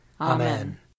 Amen